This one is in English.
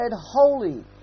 holy